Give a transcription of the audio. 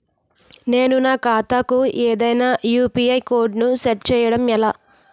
నేను నా ఖాతా కు ఏదైనా యు.పి.ఐ కోడ్ ను సెట్ చేయడం ఎలా?